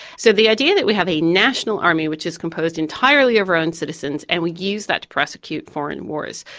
so the idea that we have a national army which is composed entirely of our own citizens and we use that to prosecute foreign wars,